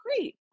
great